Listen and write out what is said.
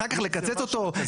אחר כך לקצץ אותו,